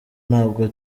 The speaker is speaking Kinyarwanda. ntabwo